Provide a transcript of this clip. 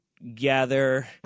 gather